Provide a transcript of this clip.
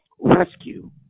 rescue